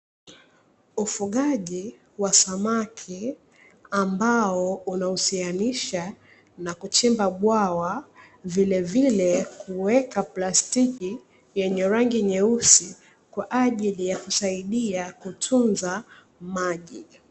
Ufugaji wa samaki ambao unahusianisha na kuchimba bwawa, vilevile kuweka plastiki yenye rangi nyeusi kwa ajili ya kusaidia kutunza maji.